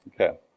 okay